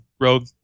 Rogue